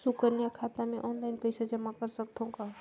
सुकन्या खाता मे ऑनलाइन पईसा जमा कर सकथव का?